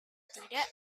tidak